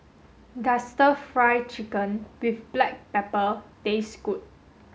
does stir fry chicken with black pepper taste good